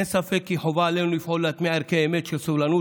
אין ספק כי חובה עלינו לפעול להטמיע ערכי אמת של סובלנות,